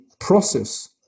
process